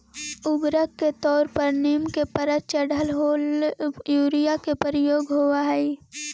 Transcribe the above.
उर्वरक के तौर पर नीम के परत चढ़ल होल यूरिया के प्रयोग होवऽ हई